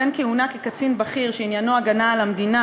בין כהונה כקצין בכיר שעניינו הגנה על המדינה